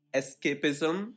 escapism